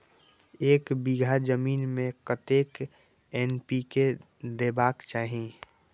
एक बिघा जमीन में कतेक एन.पी.के देबाक चाही?